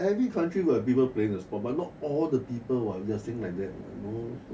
every country will people playing the sport but not all the people what you just think like that